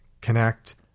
connect